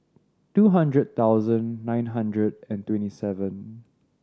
two hundred thousand nine hundred and twenty seven